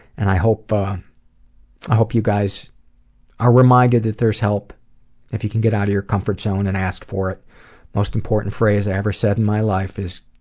and i hope but i hope you guys are reminded that there's help if you can get out of your comfort zone and ask for it. the most important phrase i ever said in my life is,